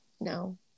No